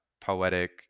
poetic